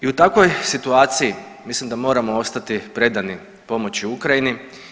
I u takvoj situaciji mislim da moramo ostati predani pomoći Ukrajini.